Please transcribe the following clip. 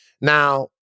Now